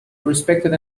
respected